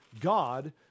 God